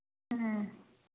ꯎꯝ